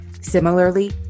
Similarly